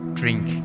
drink